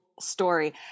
story